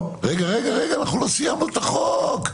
עוד לא סיימנו את החוק.